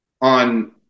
on